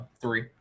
three